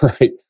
right